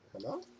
Hello